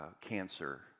cancer